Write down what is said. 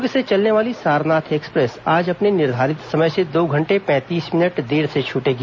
दर्ग से चलने वाली सारनाथ एक्सप्रेस आज अपने निर्धारित समय से दो घंटे पैंतीस मिनट देर से छूटेगी